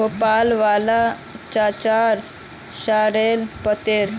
भोपाल वाला चाचार सॉरेल पत्ते